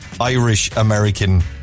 Irish-American